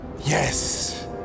Yes